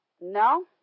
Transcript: no